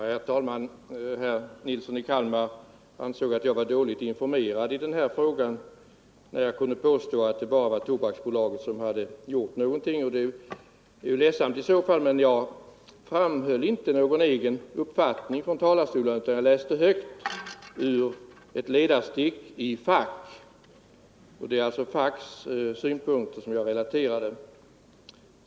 Herr talman! Herr Nilsson i Kalmar ansåg att jag var dåligt informerad i den här frågan, eftersom jag kunde påstå att det bara var Tobaksbolaget som hade gjort någonting. Det är ju ledsamt i så fall, men jag framhöll inte någon egen uppfattning, utan jag läste högt ur ett ledarstick i Fack —- det är alltså Facks synpunkter som jag relaterade.